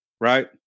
right